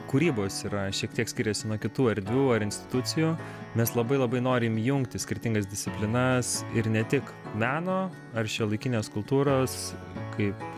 kūrybos yra šiek tiek skiriasi nuo kitų erdvių ar institucijų mes labai labai norim jungti skirtingas disciplinas ir ne tik meno ar šiuolaikinės kultūros kaip